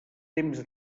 temps